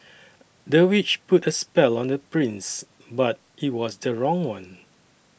the witch put a spell on the prince but it was the wrong one